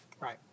Right